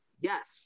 yes